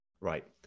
Right